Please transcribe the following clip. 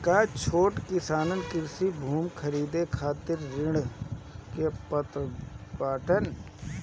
का छोट किसान कृषि भूमि खरीदे खातिर ऋण के पात्र बाडन?